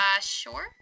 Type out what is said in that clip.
sure